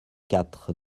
quatre